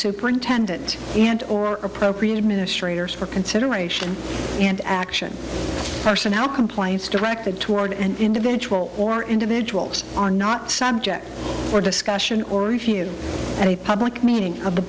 superintendent and or appropriate administrators for consideration and action personnel complaints directed toward an individual or individuals are not subject for discussion or if you had a public meeting of the